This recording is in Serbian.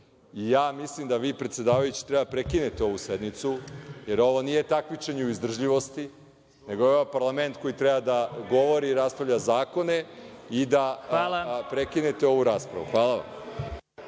mislim da vi predsedavajući, treba da prekinete ovu sednicu, jer ovo nije takmičenje u izdržljivosti, nego je ovo parlament koji treba da ugovori i raspravlja zakone i da prekinete ovu raspravu. Hvala vam.